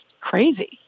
crazy